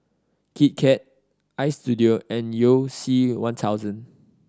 Kit Kat Istudio and You C One thousand